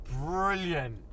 Brilliant